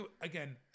again